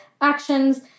actions